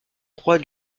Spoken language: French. trois